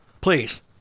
Please